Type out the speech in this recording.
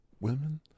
women